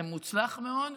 זה מוצלח מאוד.